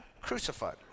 crucified